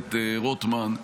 הכנסת רוטמן,